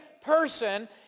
person